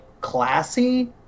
classy